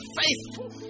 faithful